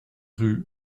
rue